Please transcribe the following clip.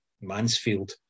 Mansfield